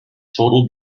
total